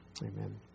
Amen